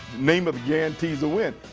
namath guarantees a win.